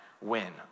win